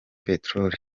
peteroli